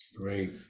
Great